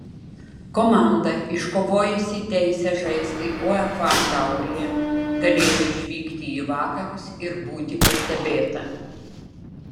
komanda iškovojusi teisę žaisti uefa taurėje galėjo išvykti į vakarus ir būti pastebėta